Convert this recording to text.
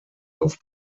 auf